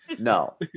no